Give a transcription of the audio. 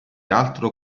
altro